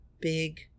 big